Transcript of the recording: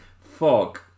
fog